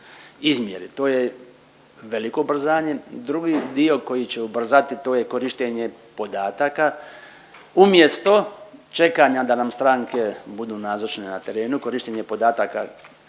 izmjeri. To je veliko ubrzanje. Drugi dio koji će ubrzati to je korištenje podataka umjesto čekanja da nam stranke budu nazočne na terenu, korištenje podataka